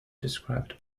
described